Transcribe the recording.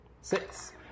Six